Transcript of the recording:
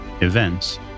events